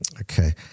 Okay